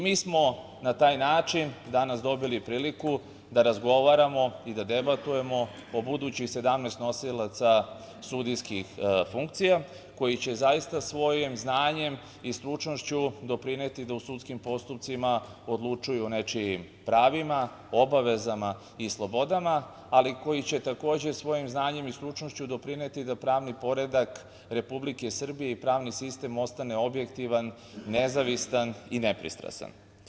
Mi smo na taj način danas dobili priliku da razgovaramo i da debatujemo o budućih 17 nosilaca sudijskih funkcija, koji će zaista svojim znanjem i stručnošću doprineti da u sudskim postupcima odlučuju o nečijim pravima, obavezama i slobodama, ali koji će, takođe, svojim znanjem i stručnošću doprineti da pravni poredak Republike Srbije i pravni sistem ostane objektivan, nezavistan i nepristrastan.